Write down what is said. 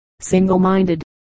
single-minded